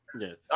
Yes